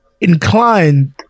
inclined